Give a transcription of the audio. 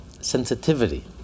sensitivity